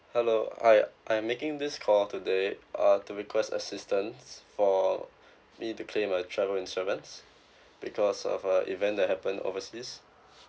hello hi I'm making this call today uh to request assistance for me to claim a travel insurance because of a event that happened overseas